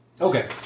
Okay